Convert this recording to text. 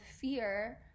fear